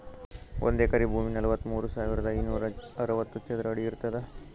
ಒಂದ್ ಎಕರಿ ಭೂಮಿ ನಲವತ್ಮೂರು ಸಾವಿರದ ಐನೂರ ಅರವತ್ತು ಚದರ ಅಡಿ ಇರ್ತದ